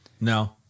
No